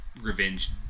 revenge